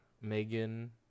Megan